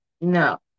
No